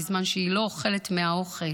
בזמן שהיא לא אוכלת מהאוכל,